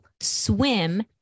swim